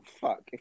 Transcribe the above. fuck